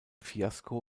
fiasko